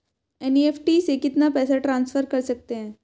NEFT से कितना पैसा ट्रांसफर कर सकते हैं?